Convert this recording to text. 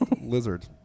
lizard